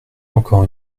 encore